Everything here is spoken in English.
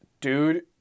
dude